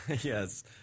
Yes